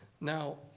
Now